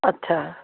अच्छा